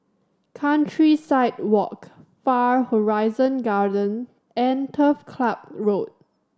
Countryside Walk Far Horizon Garden and Turf Club Road